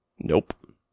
Nope